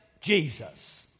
jesus